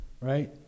right